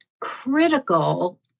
critical